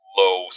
low